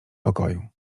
pokoju